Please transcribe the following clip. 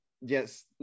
yes